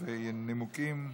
התשע"ח 2018,